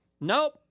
nope